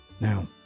now